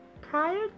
prior